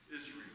Israel